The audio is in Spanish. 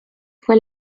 fue